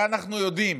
הרי אנחנו יודעים,